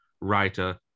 writer